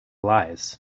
lies